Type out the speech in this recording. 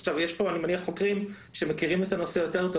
עכשיו יש פה אני מניח חוקרים שמכירים את הנושא יותר טוב,